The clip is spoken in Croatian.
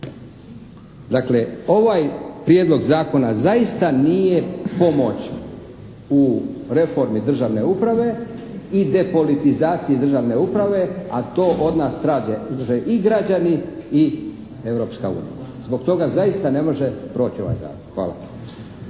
Dakle, ovaj prijedlog zakona zaista nije pomoć u reformi državne uprave i depolitizaciji državne uprave, a to od nas traže i građani i Europska unija. Zbog toga zaista ne može proći ovaj zakon. Hvala.